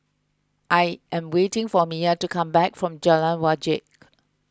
I am waiting for Miya to come back from Jalan Wajek